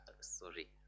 sorry